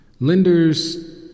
Lenders